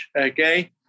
okay